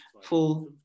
full